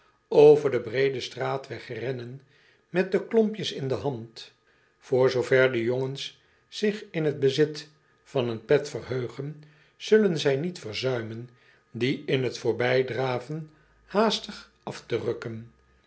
over den breeden straatweg rennen met de klompjes in de hand oor zoover de jongens zich in t bezit van een pet verheugen zullen zij niet verzuimen die in t voorbijdraven haastig afterukken